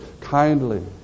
kindly